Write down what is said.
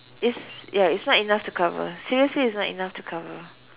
it's ya it's not enough to cover seriously it's not enough to cover